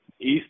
east